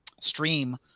stream